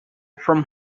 from